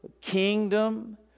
kingdom